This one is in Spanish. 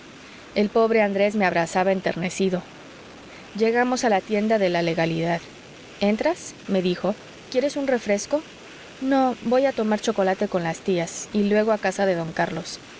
el pobre andrés me abrazaba enternecido llegamos a la tienda de la legalidad entras me dijo quieres un refresco no voy a tomar chocolate con las tías y luego a casa de don carlos